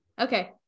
Okay